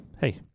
Hey